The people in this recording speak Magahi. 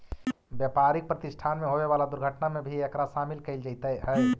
व्यापारिक प्रतिष्ठान में होवे वाला दुर्घटना में भी एकरा शामिल कईल जईत हई